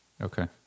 Okay